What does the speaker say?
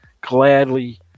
gladly